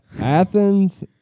Athens